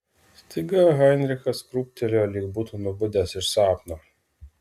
staiga heinrichas krūptelėjo lyg būtų nubudęs iš sapno